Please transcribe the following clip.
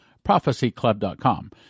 Prophecyclub.com